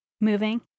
Moving